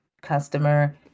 customer